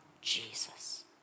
Jesus